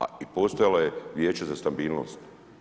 A postojalo je Vijeće za stabilnost.